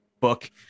book